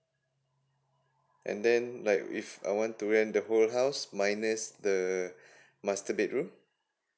and then like if I want to rent the whole house minus the master bedroom